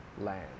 land